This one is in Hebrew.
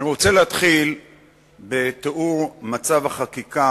אני רוצה להתחיל בתיאור מצב החקיקה,